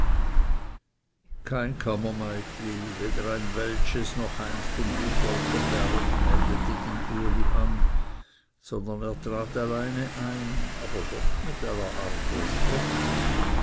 kein kammermeitli weder ein weltsches noch eins vom buchholterberg meldete den uli an sondern er trat alleine ein aber doch mit einer art von respekt